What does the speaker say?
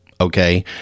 Okay